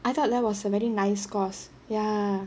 I thought that was a very nice course ya